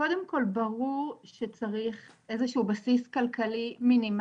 קודם כל ברור שצריך איזה שהוא בסיס כלכלי מינימלי,